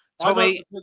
Tommy